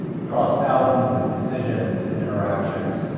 across thousands of decisions and interactions,